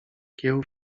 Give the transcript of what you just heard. kieł